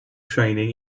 training